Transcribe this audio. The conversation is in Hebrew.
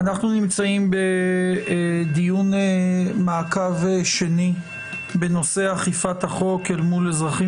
אנחנו נמצאים בדיון מעקב שני בנושא אכיפת החוק אל מול אזרחים